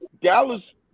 Dallas